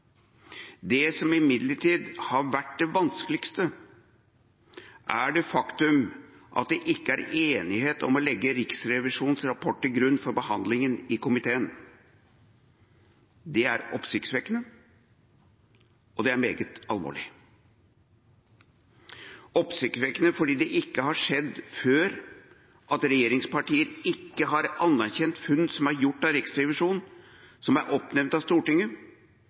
Det som imidlertid har vært det vanskeligste, er det faktum at det ikke er enighet om å legge Riksrevisjonens rapport til grunn for behandlingen i komiteen. Det er oppsiktsvekkende, og det er meget alvorlig. Det er oppsiktsvekkende fordi det ikke har skjedd før at regjeringspartier ikke har anerkjent funn som er gjort av Riksrevisjonen, som er oppnevnt av Stortinget